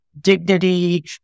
dignity